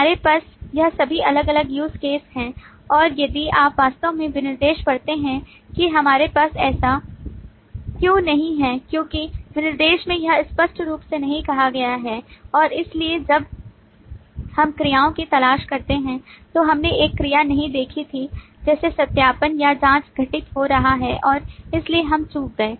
हमारे पास यह सभी अलग अलग use case हैं और यदि आप वास्तव में विनिर्देश पढ़ते हैं कि हमारे पास ऐसा क्यों नहीं है क्योंकि विनिर्देश में यह स्पष्ट रूप से नहीं कहा गया है और इसलिए जब हम क्रियाओं की तलाश करते हैं तो हमने एक क्रिया नहीं देखी थी जैसे सत्यापन या जांच घटित हो रहा है और इसलिए हम चूक गए